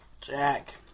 Jack